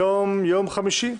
היום יום חמישי,